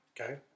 okay